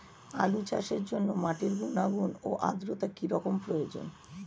আলু চাষের জন্য মাটির গুণাগুণ ও আদ্রতা কী রকম প্রয়োজন?